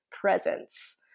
presence